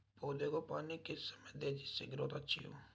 पौधे को पानी किस समय दें जिससे ग्रोथ अच्छी हो?